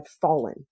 fallen